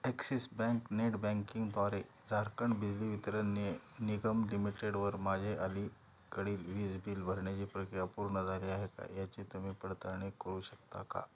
axis bank net बँकिंगद्वारे झारखंड बिजली वितरणने निगम लिमिटेडवर माझे अलीकडील वीज बिल भरण्याची प्रक्रिया पूर्ण झाली आहे का याची तुम्ही पडताळणी करू शकता का